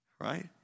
Right